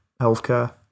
healthcare